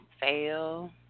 fail